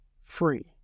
free